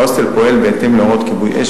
ההוסטל פועל בהתאם להוראות כיבוי אש,